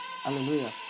Hallelujah